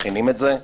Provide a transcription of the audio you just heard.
מכינים את זה.